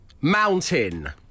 mountain